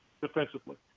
defensively